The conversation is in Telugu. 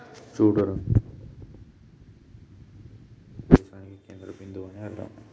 చూడు రంగవ్వ క్యాపిటల్ అంటే ఆ రాష్ట్రానికి లేదా దేశానికి కేంద్ర బిందువు అని అర్థం